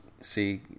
see